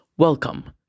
Welcome